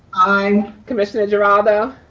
aye. commissioner geraldo.